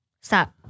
Stop